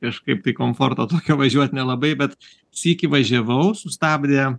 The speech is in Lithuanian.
kažkaip tai komforto tokio važiuot nelabai bet sykį važiavau sustabdė